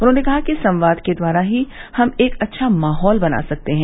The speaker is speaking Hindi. उन्होंने कहा कि संवाद के द्वारा ही हम एक अच्छा माहौल बना सकते हैं